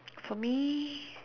for me